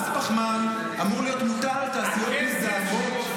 מס פחמן אמור להיות מוטל על תעשיות מזהמות.